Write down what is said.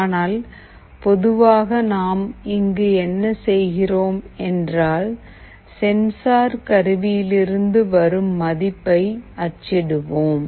ஆனால் பொதுவாக நாம் இங்கு என்ன செய்கிறோம் என்றால் சென்சார் கருவியிலிருந்து வரும் மதிப்பை அச்சிடுவோம்